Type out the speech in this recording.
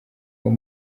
uwo